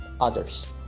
others